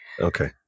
Okay